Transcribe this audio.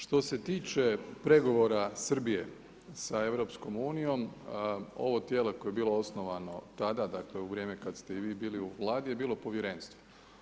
Što se tiče pregovora Srbije sa EU, ovo tijelo koje je bilo osnovno tada, dakle, u vrijeme kada ste i vi bili u Vladi, je bilo Povjerenstvo.